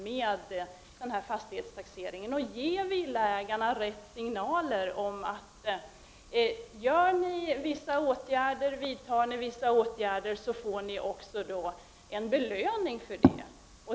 På det sättet ger man villaägarna signaler om att de, om de vidtar vissa åtgärder, också får en belöning för detta.